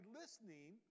listening